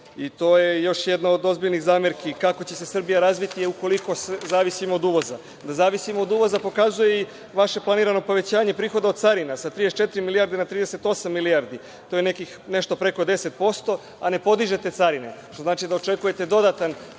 To je još jedna od ozbiljnih zamerki kako će se Srbija razviti ukoliko zavisimo od uvoza. Da zavisimo od uvoza pokazuje i vaše planirano povećanje prihoda od carina sa 34 milijarde na 38 milijardi. To je nešto preko 10%, a ne podižete carine, što znači da očekujete dodatan